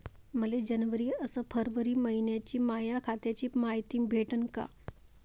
मले जनवरी अस फरवरी मइन्याची माया खात्याची मायती भेटन का?